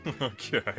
Okay